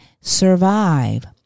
survive